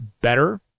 better